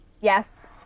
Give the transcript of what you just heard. Yes